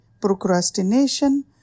procrastination